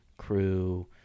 Crew